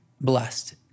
blessed